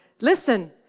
Listen